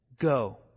Go